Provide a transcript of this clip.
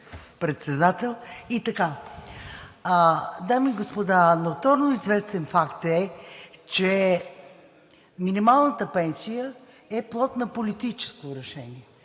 Дами и господа, напълно известен факт е, че минималната пенсия е плод на политическо решение